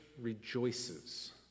rejoices